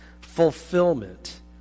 fulfillment